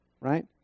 right